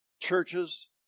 churches